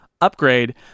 upgrade